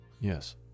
Yes